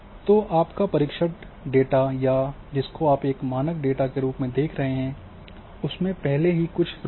तो आपका परीक्षण डेटा या जिसको आप एक मानक डेटा के रूप में देख रहे हैं उसमें पहले से ही कुछ त्रुटियां हैं